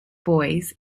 boys